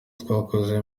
twakoze